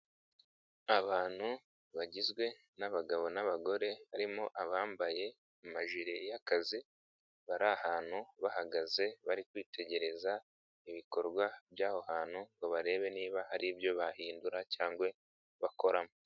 Abantu bagizwe n'abagabo n'abagore harimo abambaye amajire y'akazi bari ahantu bahagaze bari kwitegereza ibikorwa by'aho hantu ngo barebe niba hari ibyo bahindura cyangwa bakoramo.